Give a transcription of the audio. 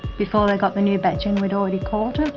before they got the new batch in we had already caught it.